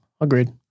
agreed